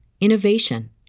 innovation